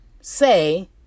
say